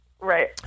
right